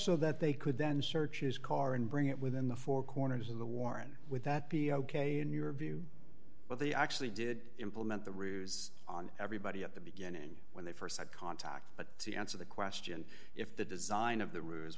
so that they could then search is car and bring it within the four corners of the warren would that be ok in your view but they actually did implement the ruse on everybody at the beginning when they st had contact but to answer the question if the design of the r